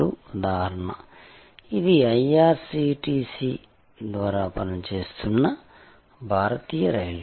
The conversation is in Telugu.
ఉదాహరణకు ఇది IRCTC ద్వారా పనిచేస్తున్న భారతీయ రైల్వే